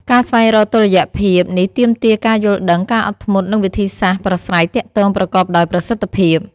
ការស្វែងរកតុល្យភាពនេះទាមទារការយល់ដឹង ការអត់ធ្មត់ និងវិធីសាស្ត្រប្រាស្រ័យទាក់ទងប្រកបដោយប្រសិទ្ធភាព។